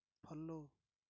follow